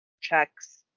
checks